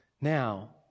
Now